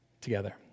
together